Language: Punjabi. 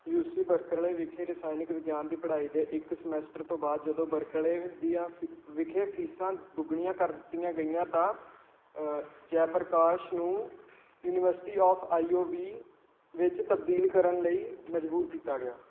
ਯੂ ਸੀ ਬਰਕਲੇ ਵਿਖੇ ਰਸਾਇਣ ਵਿਗਿਆਨ ਦੀ ਪੜ੍ਹਾਈ ਦੇ ਇੱਕ ਸਮੈਸਟਰ ਤੋਂ ਬਾਅਦ ਜਦੋਂ ਬਰਕਲੇ ਦੀਆਂ ਵਿਖੇ ਫੀਸਾਂ ਦੁੱਗਣੀਆਂ ਕਰ ਦਿੱਤੀ ਗਈਆ ਤਾਂ ਜੈਪ੍ਰਕਾਸ਼ ਨੂੰ university of I O V ਵਿੱਚ ਤਬਦੀਲ ਕਰਨ ਲਈ ਮਜਬੂਰ ਕੀਤਾ ਗਿਆ